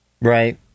Right